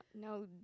no